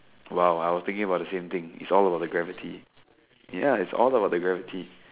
!wow! I was thinking about the same thing it's all about the gravity ya it's all about the gravity